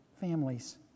families